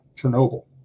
Chernobyl